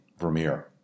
Vermeer